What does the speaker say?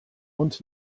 und